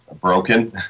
broken